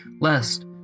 lest